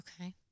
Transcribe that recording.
okay